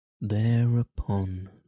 Thereupon